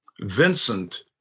vincent